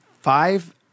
five